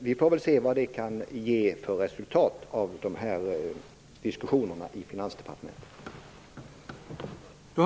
Vi får väl se vad diskussionerna i Finansdepartementet kan ge för resultat.